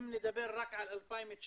אם נדבר רק על 2019,